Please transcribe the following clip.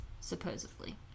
supposedly